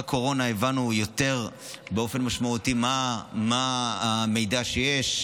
בקורונה הבנו באופן משמעותי יותר מה המידע שיש,